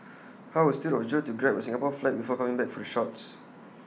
how astute of Joe to grab A Singapore flag before coming back for the shots